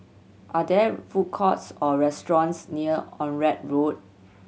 are there food courts or restaurants near Onraet Road